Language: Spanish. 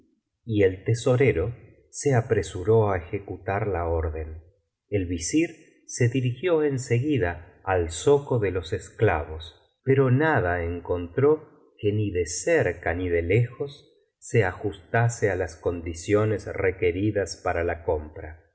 y el tesorero se apresuró á ejecutar la orden el visir se dirigió en seguida al zoco de los es biblioteca valenciana generalitat valenciana las mil noches y una noche clavos pero nada encontró que ni de cerca ni de lejos se ajustase á las condiciones requeridas para la compra